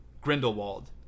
Grindelwald